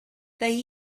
they